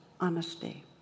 honesty